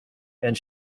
and